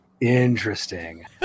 interesting